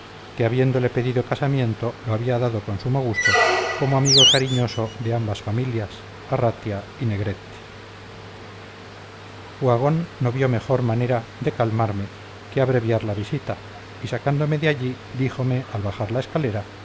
habiéndole pedido casamiento lo había dado con sumo gusto como amigo cariñoso de ambas familias arratia y negretti uhagón no vio mejor manera de calmarme que abreviar la visita y sacándome de allí díjome al bajar la escalera